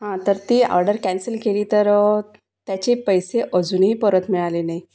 तर ती order cancel केली तर त्याचे पैसे अजूनही परत मिळाले नाही